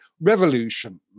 revolution